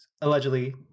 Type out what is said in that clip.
allegedly